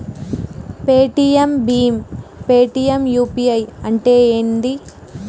Paytm భీమ్ Paytm UPI అంటే ఏంది?